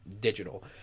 digital